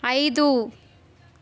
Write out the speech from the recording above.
ఐదు